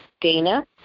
Dana